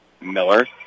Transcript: Miller